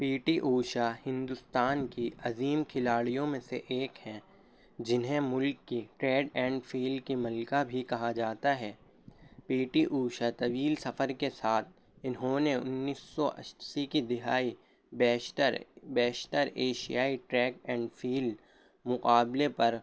پی T Usha Hindustan کی عظیم کھلاڑیوں میں سے ایک ہیں جنہیں ملک کی ٹریڈ اینڈ فیلڈ کی ملکہ بھی کہا جاتا ہے پی ٹی اوشا طویل سفر کے ساتھ انھوں نے انیس سو اسی کی دہائی بیشتر بیشتر ایشیائی ٹریڈ اینڈ فیلڈ مقابلے پر